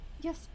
Yes